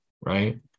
right